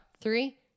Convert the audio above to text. Three